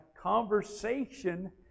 conversation